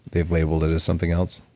they've labeled it as something else.